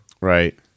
Right